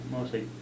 mostly